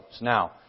Now